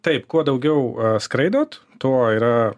taip kuo daugiau skraidot tuo yra